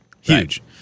Huge